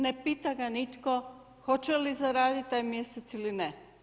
Ne pita ga nitko hoće li zaraditi taj mjesec ili ne.